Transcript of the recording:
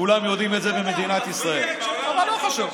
כולם יודעים את זה במדינת ישראל, אבל לא חשוב.